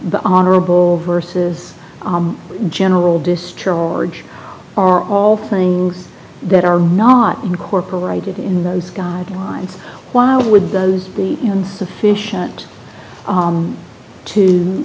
the honorable verses general discharge are all things that are not incorporated in those guidelines why would those be insufficient to to